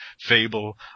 fable